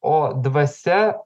o dvasia